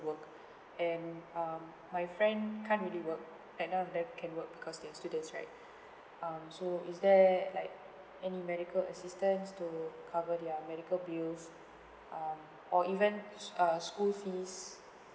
work and uh my friend can't really work and none of them can work because they're students right um so is there like any medical assistance to cover their medical bills um or even uh school fees